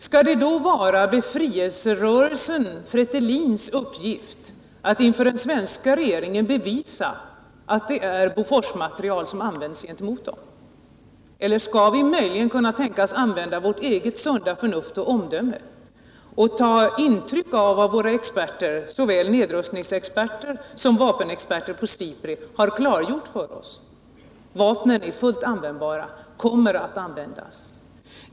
Skall det vara befrielserörelsen Fretilins uppgift att inför den svenska regeringen och riksdagen bevisa att det är Boforsmateriel som används mot befrielserörelsen? Eller skall vi möjligen kunna tänka oss använda vårt eget sunda förnuft och omdöme och ta intryck av vad såväl våra nedrustningsexperter som våra vapenexportexperter på SIPRI har klargjort för oss? Dessa luftvärnsvapen är fullt användbara i Östra Timor och kommer att användas där.